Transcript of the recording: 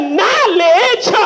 knowledge